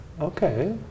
Okay